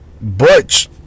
butch